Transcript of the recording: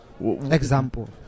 Example